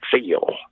feel